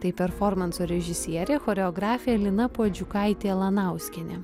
tai performanso režisierė choreografė lina puodžiukaitė lanauskienė